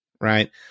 Right